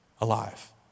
alive